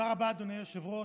תודה רבה, אדוני היושב-ראש.